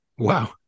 Wow